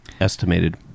estimated